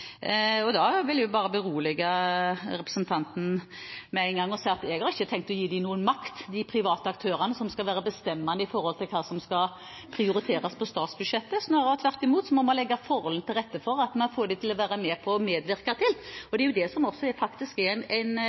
vil med en gang berolige representanten Solhjell og si at jeg ikke har tenkt å gi de private aktørene noen makt som skal være bestemmende med hensyn til hva som skal prioriteres på statsbudsjettet – snarere tvert imot. Man må legge forholdene til rette for å få private aktører til å være med. Det er jo det som er realiteten i dag. Det er et stort engasjement av privat kapital der ute, som er